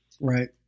Right